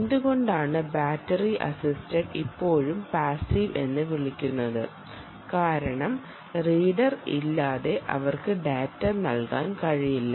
എന്തുകൊണ്ടാണ് battery assisted ഇപ്പോഴും passive എന്ന് വിളിക്കുന്നത് കാരണം റീഡർ ഇല്ലാതെ അവർക്ക് ഡാറ്റ നൽകാൻ കഴിയില്ല